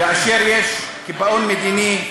כאשר יש קיפאון מדיני,